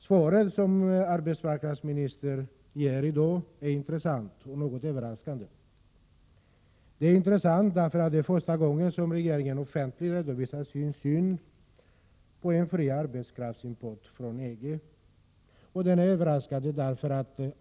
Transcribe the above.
Svaret som arbetsmarknadsministern ger i dag är intressant och något överraskande. Det är intressant därför att det är första gången som regeringen offentligt redovisar sin syn på en fri import av arbetskraft från EG. Svaret är dessutom överraskande.